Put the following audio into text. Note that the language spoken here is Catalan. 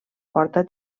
porta